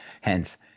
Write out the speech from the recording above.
hence